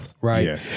right